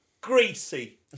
Greasy